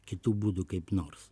kitu būdu kaip nors